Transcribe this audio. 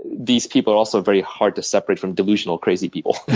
these people are also very hard to separate from delusional, crazy people.